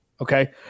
Okay